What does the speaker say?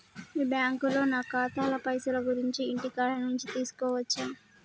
మీ బ్యాంకులో నా ఖాతాల పైసల గురించి ఇంటికాడ నుంచే తెలుసుకోవచ్చా?